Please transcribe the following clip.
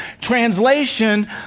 translation